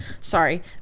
Sorry